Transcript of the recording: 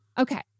Okay